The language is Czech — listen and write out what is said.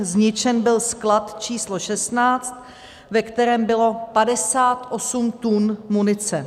Zničen byl sklad číslo 16, ve kterém bylo 58 tun munice.